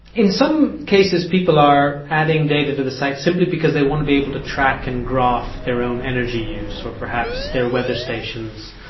in some cases people are adding data to the site simply because they want to be able to track and graph their own energy use or perhaps their weather stations,